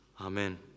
Amen